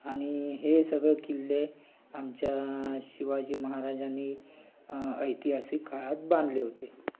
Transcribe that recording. आणि हे सगळं किल्ले आमच्या शिवाजी महाराजांनी ऐतिहासिक काळात बांधले होते